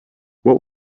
what